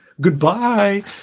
Goodbye